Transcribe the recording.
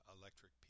electric